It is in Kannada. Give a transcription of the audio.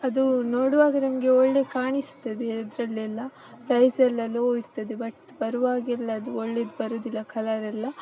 ಅದು ನೋಡುವಾಗ ನಮಗೆ ಒಳ್ಳೆ ಕಾಣಿಸ್ತದೆ ಅದರಲ್ಲೆಲ್ಲ ಪ್ರೈಸೆಲ್ಲ ಲೋ ಇರ್ತದೆ ಬಟ್ ಬರುವಾಗೆಲ್ಲ ಅದು ಒಳ್ಳೆದು ಬರೋದಿಲ್ಲ ಕಲರೆಲ್ಲ